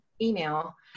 email